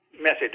message